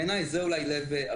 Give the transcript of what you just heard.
בעיני זאת הבעיה.